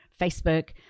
Facebook